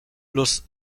los